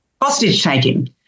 hostage-taking